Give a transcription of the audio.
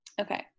Okay